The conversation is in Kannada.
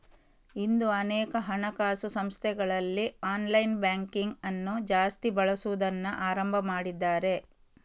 ಇಂದು ಅನೇಕ ಹಣಕಾಸು ಸಂಸ್ಥೆಗಳಲ್ಲಿ ಆನ್ಲೈನ್ ಬ್ಯಾಂಕಿಂಗ್ ಅನ್ನು ಜಾಸ್ತಿ ಬಳಸುದನ್ನ ಆರಂಭ ಮಾಡಿದ್ದಾರೆ